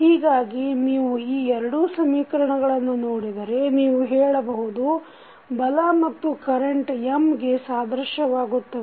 ಹೀಗಾಗಿ ನೀವು ಈ ಎರಡೂ ಸಮೀಕರಣಗಳನ್ನು ನೋಡಿದರೆ ನೀವು ಹೇಳಬಹುದು ಬಲ ಮತ್ತು ಕರೆಂಟ್ M ಗೆ ಸಾದೃಶ್ಯವಾಗುತ್ತವೆ